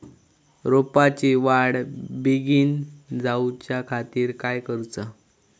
रोपाची वाढ बिगीन जाऊच्या खातीर काय करुचा?